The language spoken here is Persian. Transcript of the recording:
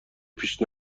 پیش